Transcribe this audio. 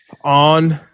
On